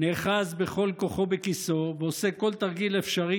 נאחז בכל כוחו בכיסאו ועושה כל תרגיל אפשרי